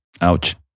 Ouch